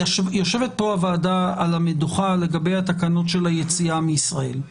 יושבת פה הוועדה על המדוכה לגבי התקנות של היציאה מישראל.